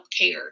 care